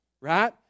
right